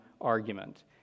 argument